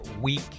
Week